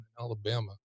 Alabama